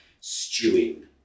stewing